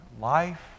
life